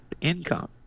income